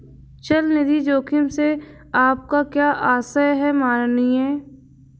चल निधि जोखिम से आपका क्या आशय है, माननीय?